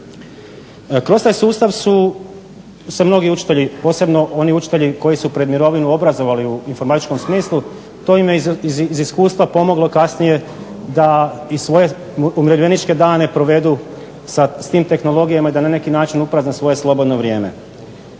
Kroz taj sustav su se mnogi učitelji, posebno oni učitelji koji su pred mirovinu obrazovali u informatičkom smislu. To im je iz iskustvo pomoglo kasnije da i svoje umirovljeničke dane provedu s tim tehnologijama i da na neki način uprazne svoje slobodno vrijeme.